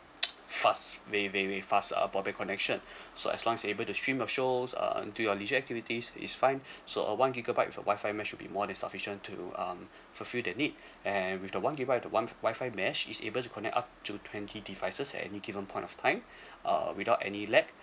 fast ve~ very fast uh broadband connection so as long as you able to stream your shows um do your leisure activities is fine so uh one gigabyte for WI-FI mesh should be more than sufficient to um fulfill their need and with the one gigabyte the one WI-FI mesh is able to connect up to twenty devices at any given point of time uh without any lag